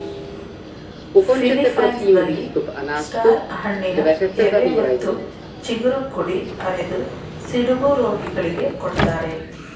ಫಿಲಿಪ್ಪೈನ್ಸ್ನಲ್ಲಿ star ಹಣ್ಣಿನ ಎಲೆ ಮತ್ತು ಚಿಗುರು ಕುಡಿ ಅರೆದು ಸಿಡುಬು ರೋಗಿಗಳಿಗೆ ಕೊಡ್ತಾರೆ